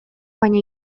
baina